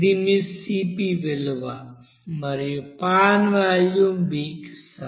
ఇది మీ Cp విలువ మరియు పాన్ వాల్యూమ్ V కి సమానం